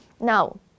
Now